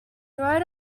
road